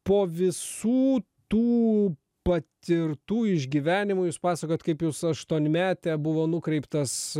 po visų tų patirtų išgyvenimų jūs pasakojot kaip į jūs aštuonmetę buvo nukreiptas